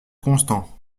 constant